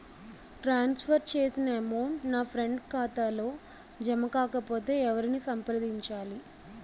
ట్రాన్స్ for చేసిన amount నా friend ఖాతాలో జమ కాకపొతే ఎవరిని సంప్రదించాలి?